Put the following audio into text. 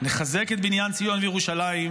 נחזק את בניין ציון וירושלים.